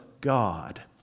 God